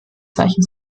zeichen